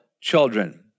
children